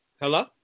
Hello